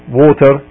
water